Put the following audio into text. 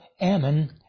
Ammon